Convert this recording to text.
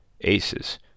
Aces